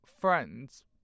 friends